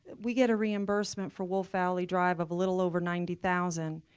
we get a reimbursement for wolf valley drive of a little over ninety thousand